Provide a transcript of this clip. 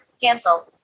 cancel